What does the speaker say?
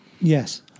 yes